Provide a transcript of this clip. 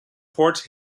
port